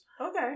Okay